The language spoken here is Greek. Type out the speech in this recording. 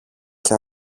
και